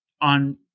on